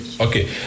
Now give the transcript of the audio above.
Okay